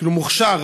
מוכש"ר,